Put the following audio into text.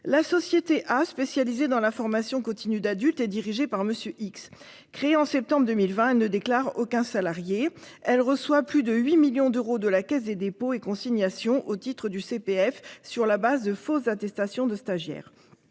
la société spécialisée dans l'information continue d'adultes et dirigé par Monsieur X créé en septembre 2020 ne déclare aucun salarié elle reçoit plus de 8 millions d'euros de la Caisse des dépôts et consignations au titre du CPF sur la base de fausses attestations de stagiaires.